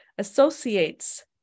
associates